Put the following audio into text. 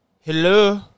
Hello